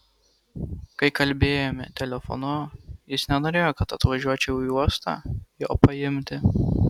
kai kalbėjome telefonu jis nenorėjo kad atvažiuočiau į uostą jo paimti